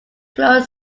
close